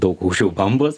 daug aukščiau bambos